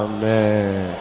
Amen